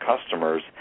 customers